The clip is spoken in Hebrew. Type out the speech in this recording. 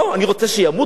אני רוצה שימותו?